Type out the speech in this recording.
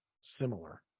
similar